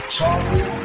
Charlie